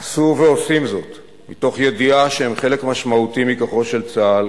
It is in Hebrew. עשו ועושים זאת מתוך ידיעה שהם חלק משמעותי מכוחו של צה"ל